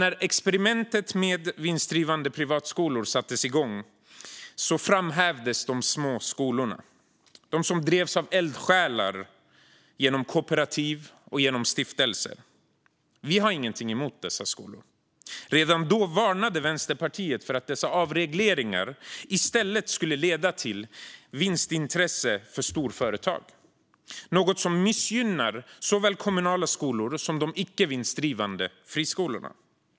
När experimentet med vinstdrivande privatskolor sattes igång framhävdes de små skolorna, de som drevs av eldsjälar genom kooperativ och stiftelser. Vi har inget emot dessa skolor. Redan då varnade Vänsterpartiet för att avregleringarna i stället skulle leda till vinstintresse för storföretag. Det är något som missgynnar såväl kommunala skolor som de icke vinstdrivande friskolorna.